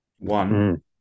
One